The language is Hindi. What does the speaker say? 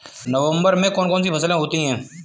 नवंबर में कौन कौन सी फसलें होती हैं?